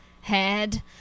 head